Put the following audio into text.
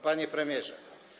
Panie Premierze!